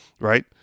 right